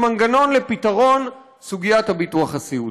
עם מנגנון לפתרון סוגיית הביטוח הסיעודי.